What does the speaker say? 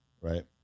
right